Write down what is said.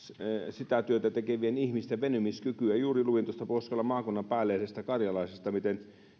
sitä työtä tekevien ihmisten venymiskykyä juuri luin tuosta pohjois karjalan maakunnan päälehdestä karjalaisesta miten